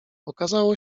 okazało